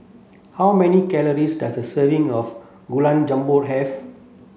how many calories does a serving of Gulab Jamun have